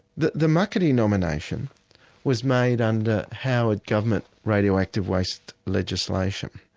the the muckaty nomination was made under howard government radioactive waste legislation.